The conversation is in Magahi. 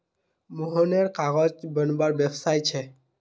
मोहनेर कागज बनवार व्यवसाय छे